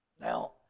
Now